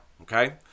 Okay